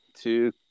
Two